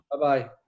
Bye-bye